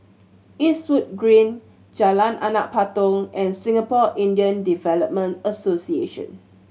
Eastwood Green Jalan Anak Patong and Singapore Indian Development Association